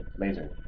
laser